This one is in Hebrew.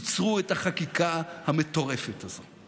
עצרו את החקיקה המטורפת הזאת.